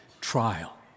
trial